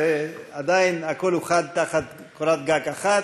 זה עדיין הכול אוחד תחת קורת גג אחת.